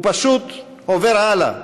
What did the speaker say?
הוא פשוט עובר הלאה,